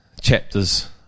chapters